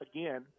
Again